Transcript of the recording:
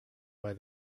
buy